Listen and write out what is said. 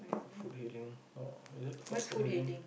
Food Hailing or is it called Food Hailing